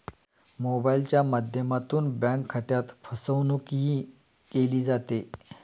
मोबाइलच्या माध्यमातून बँक खात्यात फसवणूकही केली जाते